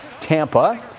Tampa